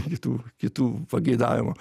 kitų kitų pageidavimų